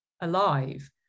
alive